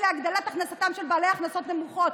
להגדלת הכנסתם של בעלי הכנסות נמוכות,